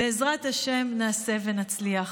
בעזרת השם נעשה ונצליח.